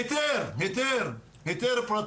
היתר בסך הכל היתר פרטי.